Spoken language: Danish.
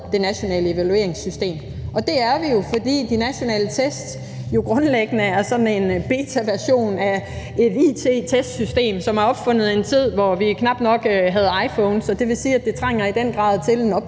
det nationale evalueringssystem, og det er vi jo, fordi de nationale test jo grundlæggende er sådan en betaversion af et it-testsystem, som er opfundet i en tid, hvor vi knap nok havde iPhones. Det vil sige, at det i den grad trænger